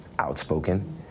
outspoken